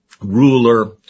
ruler